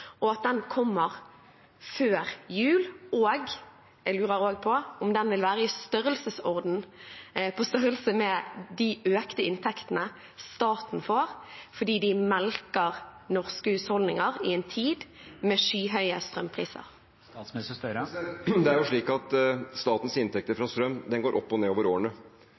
og at den kommer før jul. Jeg lurer også på om den vil være på størrelse med de økte inntektene staten får fordi den melker norske husholdninger i en tid med skyhøye strømpriser. Det er slik at statens inntekter fra strøm går opp og ned over årene.